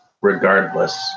regardless